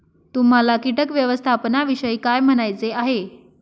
तुम्हाला किटक व्यवस्थापनाविषयी काय म्हणायचे आहे?